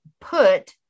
put